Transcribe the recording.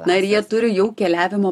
na ir jie turi jau keliavimo